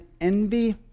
envy